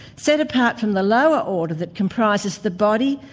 set apart from the lower order that comprises the body,